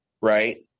right